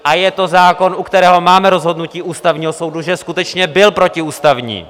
A je to zákon, u kterého máme rozhodnutí Ústavního soudu, že skutečně byl protiústavní!